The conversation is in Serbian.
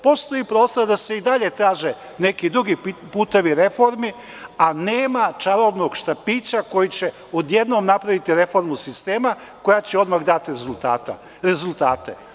Postoji prostor da se i dalje traže neki drugi putevi reforme, a nema čarobnog štapića koji će odjednom napraviti reformu sistema, koja će odmah dati rezultate.